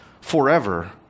forever